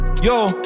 Yo